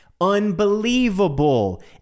Unbelievable